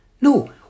No